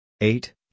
eight